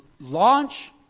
launch